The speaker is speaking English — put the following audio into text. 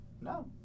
No